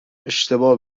اشتباه